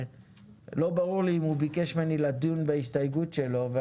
לא ברור לי אם הוא ביקש ממני לדון בהסתייגות שלו.